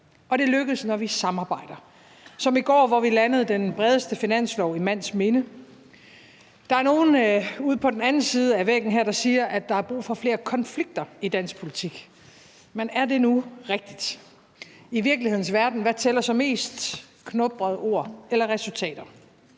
Det lykkes, når vi samarbejder – ligesom i går, hvor vi landede den bredeste finanslov i mands minde. Der er nogle ude på den anden side af væggen her, der siger, at der er brug for flere konflikter i dansk politik, men er det nu rigtigt? Hvad tæller mest i virkelighedens verden – knubbede ord eller resultater?